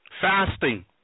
fasting